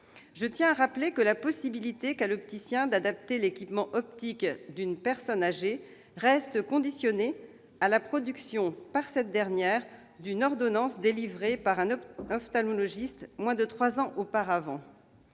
limité. En effet, la possibilité pour l'opticien d'adapter l'équipement optique d'une personne âgée restera conditionnée à la production par cette dernière d'une ordonnance délivrée par un ophtalmologiste moins de trois ans auparavant.